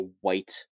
white